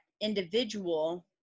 individual